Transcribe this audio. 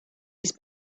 his